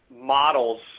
models